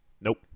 Nope